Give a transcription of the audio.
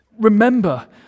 Remember